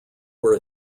were